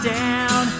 down